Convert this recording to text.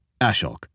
Ashok